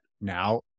now